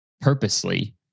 purposely